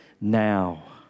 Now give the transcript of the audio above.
now